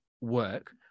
work